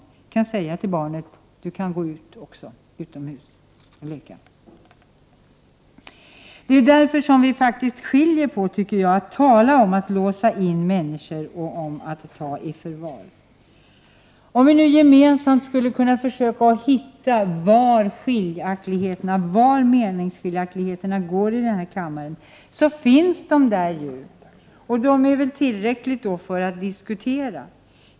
Hon skall kunna säga till barnet: Du kan också gå utomhus och leka. Jag tycker alltså att vi skall skilja på att låsa in människor och ta dem i förvar. Om vi nu gemensamt skulle försöka hitta var meningsskiljaktigheterna går iden här kammaren — för de finns ju, och då har vi väl tillräcklig anledning att diskutera dem.